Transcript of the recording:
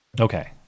Okay